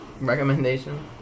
recommendation